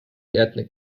ethnic